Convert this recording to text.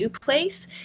place